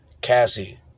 Cassie